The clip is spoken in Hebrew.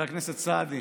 חבר הכנסת סעדי,